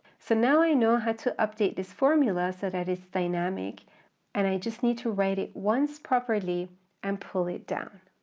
so now i know how to update this formula so that it's dynamic and i just need to write it once properly and pull it down.